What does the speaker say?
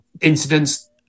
incidents